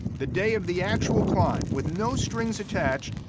the day of the actual climb with no strings attached,